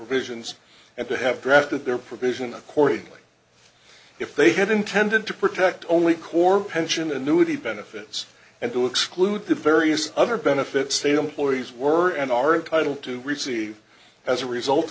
provisions and to have drafted their provision accordingly if they had intended to protect only core pension annuity benefits and to exclude the various other benefits state employees were and are entitled to receive as a result